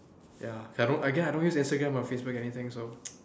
ya k again I don't use Instagram or Facebook or anything so